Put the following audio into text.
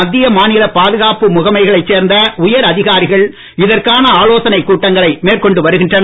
மத்திய மாநில பாதுகாப்பு முகமைகளைச் சேர்ந்த உயர் அதிகாரிகள் இதற்கான ஆலோசனை கூட்டங்களை மேற்கொண்டு வருகின்றனர்